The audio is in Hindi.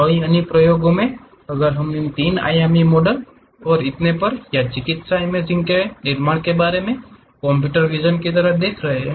कई अनुप्रयोगों में अगर हम इन 3 आयामी मॉडल और इतने पर या चिकित्सा इमेजिंग के निर्माण के बारे में कंप्यूटर विज़न की तरह देख रहे हैं